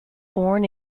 born